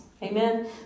Amen